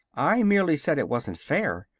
i merely said it wasn't fair.